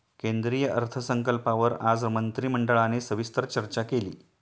केंद्रीय अर्थसंकल्पावर आज मंत्रिमंडळाने सविस्तर चर्चा केली